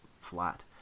flat